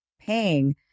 paying